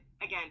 Again